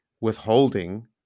withholding